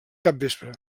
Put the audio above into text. capvespre